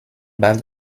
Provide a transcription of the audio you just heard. bald